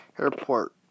Airport